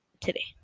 today